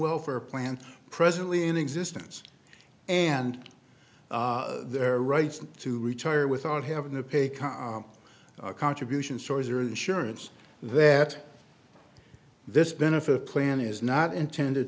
welfare plans presently in existence and their rights to retire without having to pay a contribution stores or insurance that this benefit plan is not intended